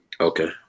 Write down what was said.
Okay